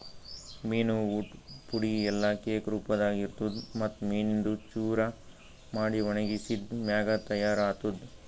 ಮೀನು ಊಟ್ ಪುಡಿ ಇಲ್ಲಾ ಕೇಕ್ ರೂಪದಾಗ್ ಇರ್ತುದ್ ಮತ್ತ್ ಮೀನಿಂದು ಚೂರ ಮಾಡಿ ಒಣಗಿಸಿದ್ ಮ್ಯಾಗ ತೈಯಾರ್ ಆತ್ತುದ್